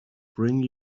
bring